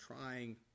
trying